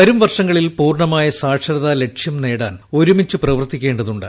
വരും വർഷങ്ങളിൽ പൂർണ്ണമായ സാക്ഷ്ടരത്താ ലക്ഷ്യം നേടാൻ ഒരുമിച്ച് പ്രവർത്തിക്കേണ്ടതുണ്ട്